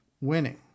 winning